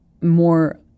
more